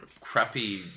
crappy